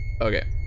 Okay